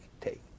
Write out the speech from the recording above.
take